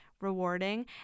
rewarding